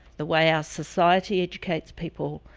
the way our society educates people?